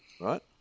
right